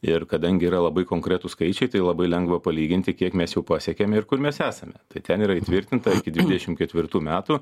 ir kadangi yra labai konkretūs skaičiai tai labai lengva palyginti kiek mes jau pasiekėme ir kur mes esame tai ten yra įtvirtinta iki dvidešim ketvirtų metų